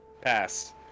Pass